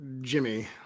Jimmy